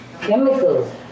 Chemicals